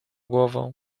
głową